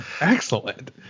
Excellent